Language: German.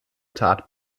tat